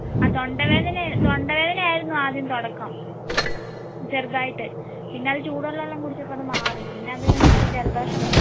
ആ തൊണ്ടവേദന തൊണ്ടവേദന ആയിരുന്നു ആദ്യം തുടക്കം ചെറുതായിട്ട് പിന്നെയത് ചൂടുള്ള വെള്ളം കുടിച്ചപ്പോൾ അതങ്ങ് മാറി പിന്നെ അത് കഴിഞ്ഞപ്പോൾ ജലദോഷം വന്നു